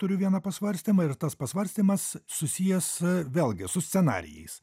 turiu vieną pasvarstymą ir tas pasvarstymas susijęs vėlgi su scenarijais